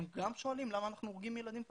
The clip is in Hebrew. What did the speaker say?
הם גם שואלים למה אנחנו הורגים ילדים פלסטינאים,